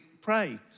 pray